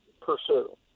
pursue